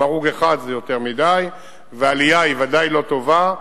גם הרוג אחד זה יותר מדי ועלייה היא בוודאי לא טובה,